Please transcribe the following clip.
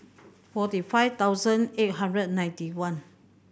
forty five thousand eight hundred and ninety one